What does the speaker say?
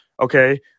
Okay